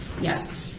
yes